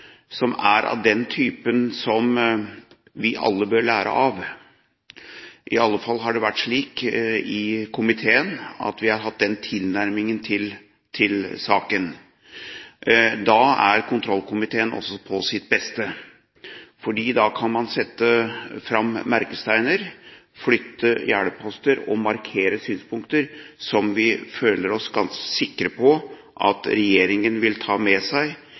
som er av den typen vi alle bør lære av – i alle fall har det vært slik i komiteen at vi har hatt den tilnærmingen til saken. Da er kontrollkomiteen også på sitt beste. Da kan man sette opp merkesteiner, flytte gjerdeposter og markere synspunkter som vi føler oss ganske sikre på at regjeringen vil ta med seg